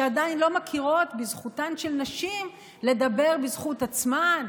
שעדיין לא מכירות בזכותן של נשים לדבר בזכות עצמן,